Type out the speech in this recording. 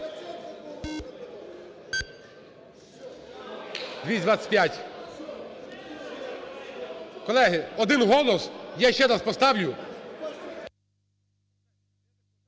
Колеги, один голос, я ще раз поставлю.